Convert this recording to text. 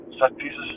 set-pieces